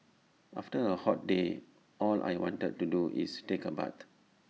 after A hot day all I want to do is take A bath